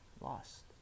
lost